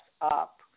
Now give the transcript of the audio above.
up